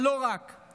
אבל לא רק משם,